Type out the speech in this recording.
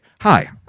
Hi